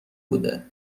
بوده